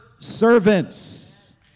servants